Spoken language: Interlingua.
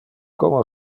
como